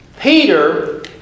Peter